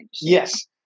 Yes